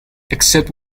except